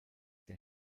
der